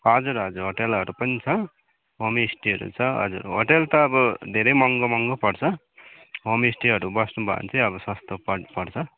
हजुर हजुर होटेलहरू पनि छ होमस्टेहरू छ हजुर होटेल त अब धेरै महँगो महँगो पर्छ होमस्टेहरू बस्नु भयो भने चाहिँ अब सस्तो सस्तो पर्छ